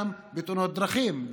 גם בתאונות דרכים,